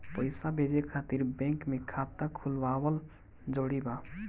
पईसा भेजे खातिर बैंक मे खाता खुलवाअल जरूरी बा?